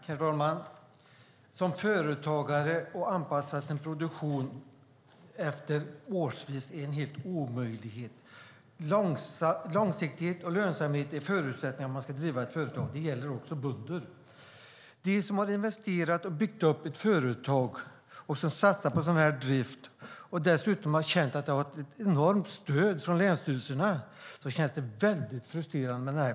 Herr talman! Det är omöjligt för en företagare att anpassa sin produktion årsvis. Långsiktighet och lönsamhet är förutsättningar för att driva ett företag. Det gäller också för bönder. För dem som har investerat och byggt upp ett företag, satsat på den typen av drift, och som har känt ett enormt stöd från länsstyrelserna, känns kortsiktigheten frustrerande.